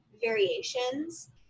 variations